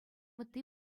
ытти